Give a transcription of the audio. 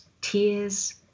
tears